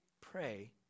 Pray